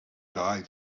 died